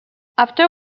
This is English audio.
after